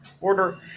order